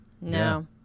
no